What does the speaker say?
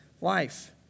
life